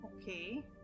Okay